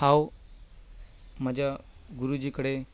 हांव म्हज्या गुरुजी कडेन